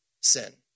sin